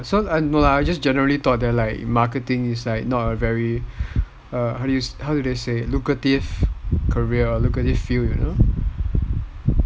no lah I just generally thought that like marketing isn't a really err how do you say lucrative career or lucrative feel you know